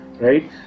right